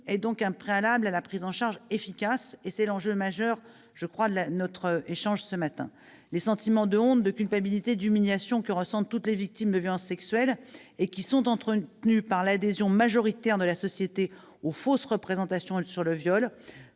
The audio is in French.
est donc un préalable à une prise en charge efficace. Là est l'enjeu majeur. Les sentiments de honte, de culpabilité, d'humiliation que ressentent toutes les victimes de violences sexuelles et qui sont entretenus par l'adhésion majoritaire de la société aux fausses représentations sur le viol